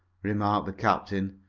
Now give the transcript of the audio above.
remarked the captain,